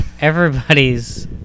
everybody's